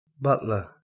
butler